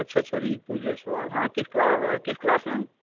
अच्छा अच्छा रितु जायसवाल हाँ किस क्लास किस क्लास में